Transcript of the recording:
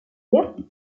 dire